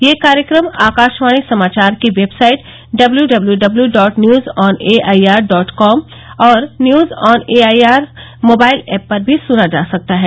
यह कार्यक्रम आकाशवाणी समाचार की website W W W dot news on A I R dot com और news on A I R mobile app पर भी सुना जा सकता है